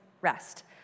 rest